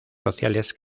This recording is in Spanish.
sociales